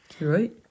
Right